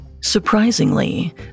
Surprisingly